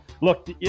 Look